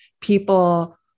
people